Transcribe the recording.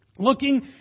Looking